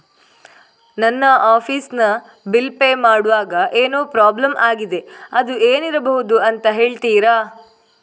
ನನ್ನ ಆಫೀಸ್ ನ bill pay ಮಾಡ್ವಾಗ ಏನೋ ಪ್ರಾಬ್ಲಮ್ ಆಗಿದೆ ಅದು ಏನಿರಬಹುದು ಅಂತ ಹೇಳ್ತೀರಾ?